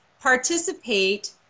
participate